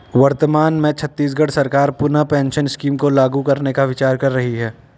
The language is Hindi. वर्तमान में छत्तीसगढ़ सरकार पुनः पेंशन स्कीम को लागू करने का विचार कर रही है